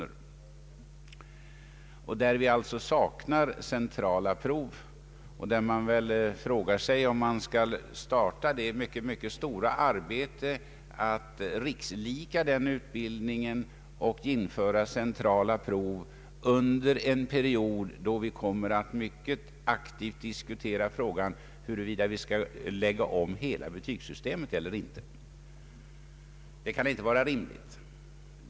Vi saknar alltså centrala prov i dessa sammanhang, och man frågar sig om man skall starta det mycket stora arbetet att rikslika den utbildningen och införa centrala prov under en period då vi kommer att mycket aktivt diskutera frågan huruvida vi skall lägga om hela betygssystemet eller inte. Det kan inte vara rimligt.